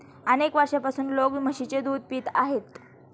अनेक वर्षांपासून लोक म्हशीचे दूध पित आहेत